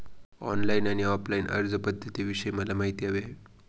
online आणि offline अर्जपध्दतींविषयी मला माहिती हवी आहे